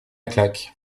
claque